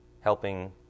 helping